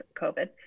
COVID